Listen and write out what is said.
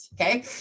Okay